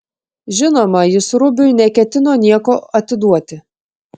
žinoma jis rubiui neketino nieko atiduoti